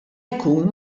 jkun